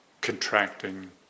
contracting